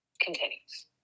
continues